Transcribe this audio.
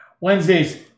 Wednesdays